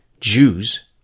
Jews